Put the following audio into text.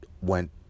went